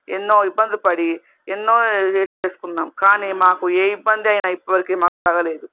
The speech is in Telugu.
ఎన్నో ఇబ్బందులు పడి ఎన్నో చేసుకున్నాము కానీ మాకు ఏ ఇబ్బంది అయినా ఇప్పటి వరకు మాకు తగ్గలేదు